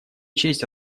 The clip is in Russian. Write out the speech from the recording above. честь